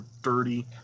dirty